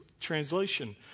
translation